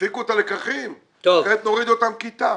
שיפיקו את הלקחים כי אחרת נוריד אותם כיתה.